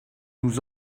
nous